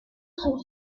sont